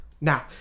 now